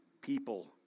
people